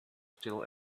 still